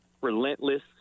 relentless